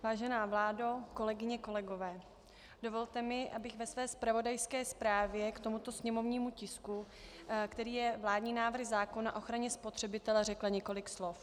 Vážená vládo, kolegyně, kolegové, dovolte mi, abych ve své zpravodajské zprávě k tomuto sněmovnímu tisku, kterým je vládní návrh zákona o ochraně spotřebitele, řekla několik slov.